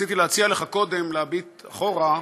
רציתי להציע לך קודם להביט אחורה,